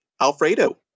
Alfredo